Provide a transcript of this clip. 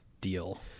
deal